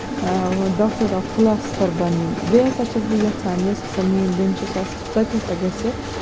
آ مطلب doctor of philosopher بَنٕنۍ بیٚیہِ ہسا چھَس بہٕ یَژھان یۄس ہسا میٛٲنۍ بیٚنہِ چھےٚ سۄ تہِ ہسا گژھِ